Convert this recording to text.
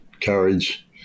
courage